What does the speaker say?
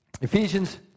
Ephesians